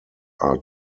are